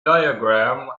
diagram